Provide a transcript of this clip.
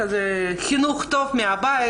חינוך טוב מהבית.